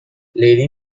لیلی